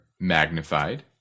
magnified